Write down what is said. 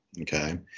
okay